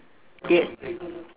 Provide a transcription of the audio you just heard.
ye~